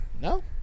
No